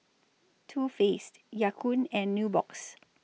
Too Faced Ya Kun and Nubox